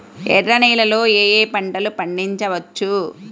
ఎర్ర నేలలలో ఏయే పంటలు పండించవచ్చు?